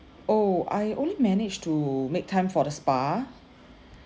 oh I only managed to make time for the spa